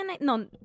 No